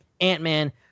Ant-Man